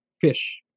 fish